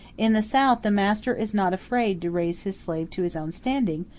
in the south the master is not afraid to raise his slave to his own standing,